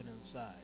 inside